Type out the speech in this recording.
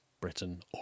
Britain